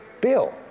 bill